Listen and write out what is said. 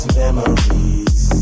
memories